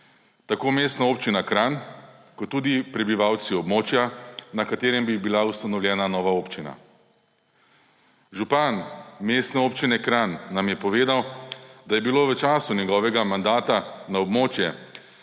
tako Mestna občina Kranj kot tudi prebivalci območja, na katerem bi bila ustanovljena nova občina. Župan Mestne občine Kranj nam je povedal, da je bilo v času njegovega mandata na območje,